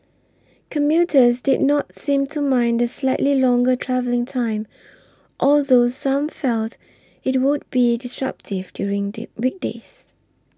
commuters did not seem to mind the slightly longer travelling time although some felt it would be disruptive during the weekdays